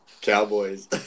Cowboys